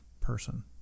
person